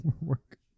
work